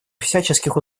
всяческих